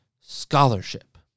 scholarship